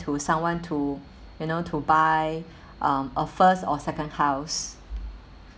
to someone to you know to buy um a first or second house